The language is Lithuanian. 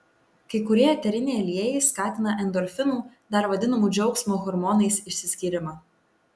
kai kurie eteriniai aliejai skatina endorfinų dar vadinamų džiaugsmo hormonais išsiskyrimą